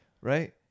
right